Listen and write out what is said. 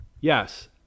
yes